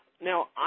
now